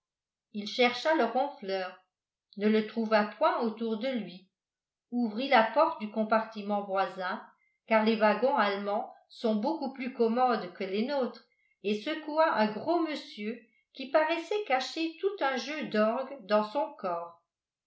il chercha le ronfleur ne le trouva point autour de lui ouvrit la porte du compartiment voisin car les wagons allemands sont beaucoup plus commodes que les nôtres et secoua un gros monsieur qui paraissait cacher tout un jeu d'orgues dans son corps